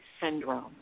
syndrome